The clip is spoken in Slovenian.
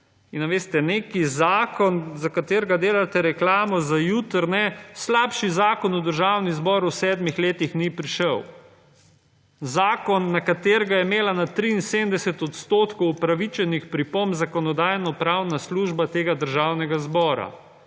neki zakon, za katerega delate reklamo za jutri, slabši zakon v Državni zbor v sedmih letih ni prišel. Zakon, na katerega je imela na 73 % upravičenih pripomb Zakonodajno-pravna služba tega Državnega zbora.